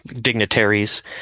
dignitaries